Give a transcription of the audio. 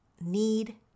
need